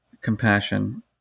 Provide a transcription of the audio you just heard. compassion